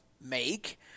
make